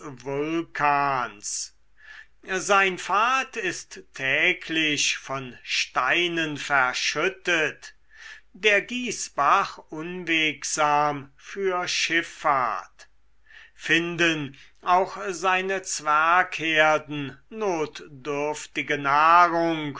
vulkans sein pfad ist täglich von steinen verschüttet der gießbach unwegsam für schiffahrt finden auch seine zwergherden notdürftige nahrung